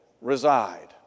reside